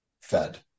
fed